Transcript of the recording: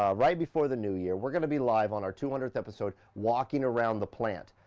um right before the new year, we're gonna be live on our two hundredth episode, walking around the plant.